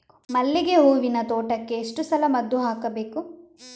ಮಲ್ಲಿಗೆ ಹೂವಿನ ತೋಟಕ್ಕೆ ಎಷ್ಟು ಸಲ ಮದ್ದು ಹಾಕಬೇಕು?